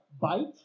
Bite